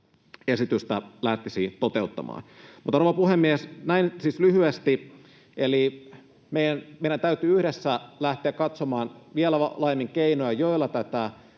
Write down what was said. esitystä lähtisi toteuttamaan. Rouva puhemies! Näin siis lyhyesti. Eli meidän täytyy yhdessä lähteä katsomaan vielä laajemmin keinoja, joilla tätä